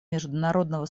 международного